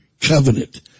covenant